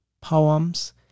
poems